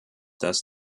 dass